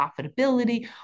profitability